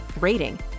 rating